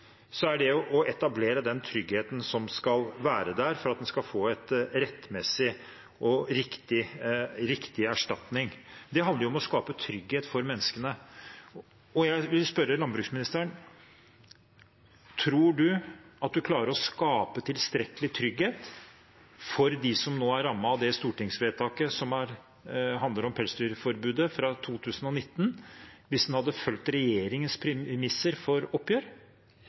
er det å etablere den tryggheten som skal være der for at en skal få en rettmessig og riktig erstatning. Det handler jo om å skape trygghet for menneskene. Og jeg vil spørre landbruksministeren: Tror du at du klarer å skape tilstrekkelig trygghet for dem som nå er rammet av det stortingsvedtaket som handler om pelsdyrforbudet fra 2019, hvis en følger regjeringens premisser for oppgjør?